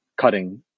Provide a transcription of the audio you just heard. cutting